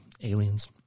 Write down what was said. Aliens